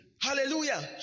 hallelujah